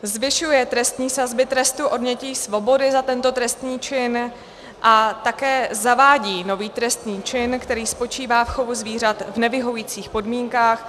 Zvyšuje trestní sazby trestu odnětí svobody za tento trestný čin a také zavádí nový trestný čin, který spočívá v chovu zvířat v nevyhovujících podmínkách.